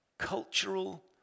Cultural